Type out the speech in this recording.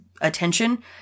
attention